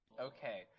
Okay